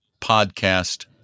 podcast